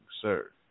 sir